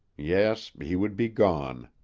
yes, he would be gone.